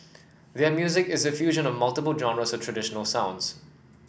their music is a fusion of multiple genres of traditional sounds